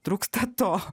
trūksta to